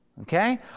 Okay